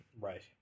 right